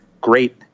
great